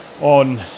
on